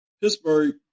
Pittsburgh